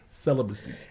Celibacy